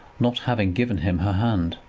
not having given him her hand.